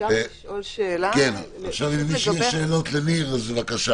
למי שיש שאלות לניר - בבקשה.